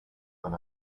when